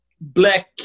black